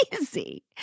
Easy